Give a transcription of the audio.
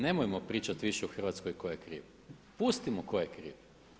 Nemojmo pričati više u Hrvatskoj tko je kriv, pustimo tko je kriv.